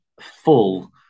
full